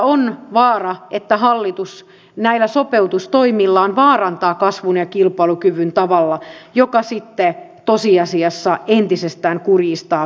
on vaara että hallitus näillä sopeutustoimillaan vaarantaa kasvun ja kilpailukyvyn tavalla joka sitten tosiasiassa entisestään kurjistaa suomen taloutta